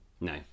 no